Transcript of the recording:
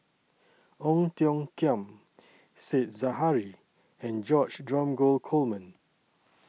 Ong Tiong Khiam Said Zahari and George Dromgold Coleman